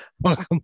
Welcome